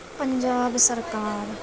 ਪੰਜਾਬ ਸਰਕਾਰ